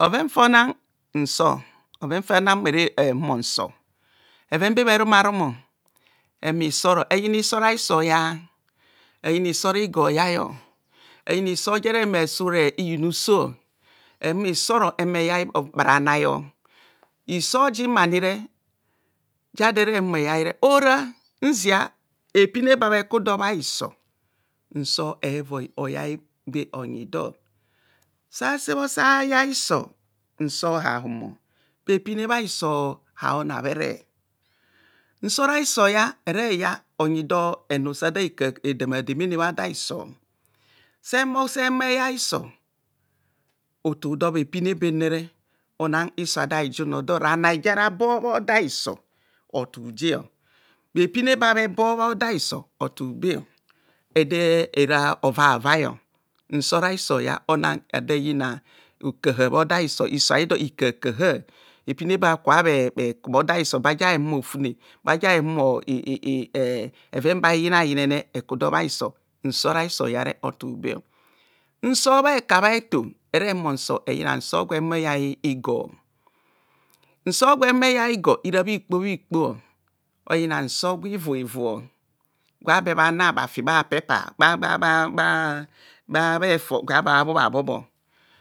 Bhoven fona nsor bhoven fona mmere humor nsor bheven be bheru ma rumo. ehumor isor. eyina nsor a'hisor oyar. eyina isor igor oyai. eyina isor je here humo s. ensure inmuso ehumo isor mme nangranai. isor jim anire jaro ehere humor eyaire ora nzia bhephine bha bhe ku dor bhiso nsor evoi oyai babe oyidor. Easebho sayai hiso nsor a hisoya ere ya onyi dor henu sada hedemademene blooda hiso se humo sehumo eya hisor otudor bhe pine benne ona hiso ada hijunor dor ranai jara bo bho da hiso otuje bhepine ba bhebo bhoda hiso otube hisoya owan edeyina hokaha bhodo hiso hiso a'hido hika ha ka ha bhepine baka bheku bhoda hiso baja bhe humo ofune baja bhe huma bheven ba bhe yinayinere bheku do bha hiso nsor a'hiso yare odu be nsor gwehumor eyai igor. nsor gwelu mo eyai igor ora bhikpo bhikpo oyina nsor gwa ivuiviu gwa be bhana bha vi bha pepa gwa be bha bho bha bo